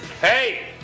hey